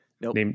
Nope